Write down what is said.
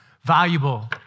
valuable